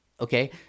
okay